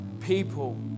people